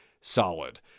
solid